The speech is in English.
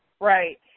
right